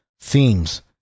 themes